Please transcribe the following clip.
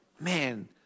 Man